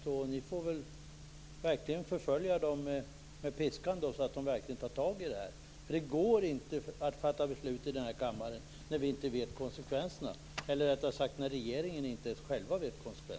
Därför får ni förfölja regeringen med piskan så att man verkligen tar tag i detta. Det går inte att fatta beslut i denna kammare när vi inte känner till konsekvenserna och än mindre när inte ens regeringen känner till dem.